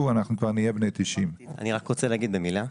אנחנו כבר נהיה בני 90. אני רק רוצה להגיד במילה.